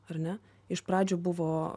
ar ne iš pradžių buvo